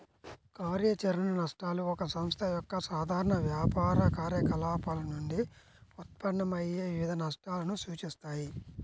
కార్యాచరణ నష్టాలు ఒక సంస్థ యొక్క సాధారణ వ్యాపార కార్యకలాపాల నుండి ఉత్పన్నమయ్యే వివిధ నష్టాలను సూచిస్తాయి